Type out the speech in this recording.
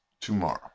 tomorrow